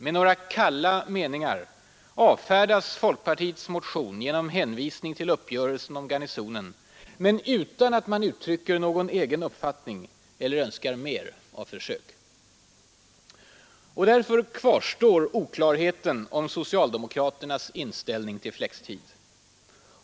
Med några kalla meningar avfärdas folkpartiets motion med hänvisning till uppgörelsen om Garnisonen men utan att man uttrycker någon egen uppfattning eller önskar mer av försök. Och därför kvarstår oklarheten om socialdemokraternas inställning till flextid.